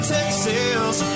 Texas